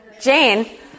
Jane